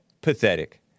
Pathetic